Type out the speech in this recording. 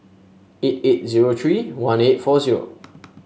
eight eight zero three one eight four zero